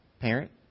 parent